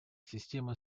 система